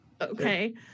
Okay